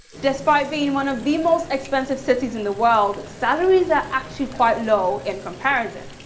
despite being one of the most expensive cities in the world, salaries are actually quite low in comparison.